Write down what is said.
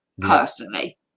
personally